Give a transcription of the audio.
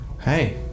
Hey